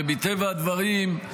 ומטבע הדברים,